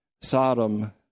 Sodom